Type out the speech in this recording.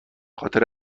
خاطر